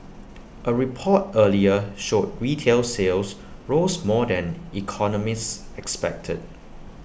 A report earlier showed retail sales rose more than economists expected